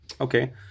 Okay